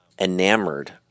enamored